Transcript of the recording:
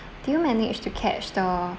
did you manage to catch the